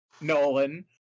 Nolan